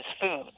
food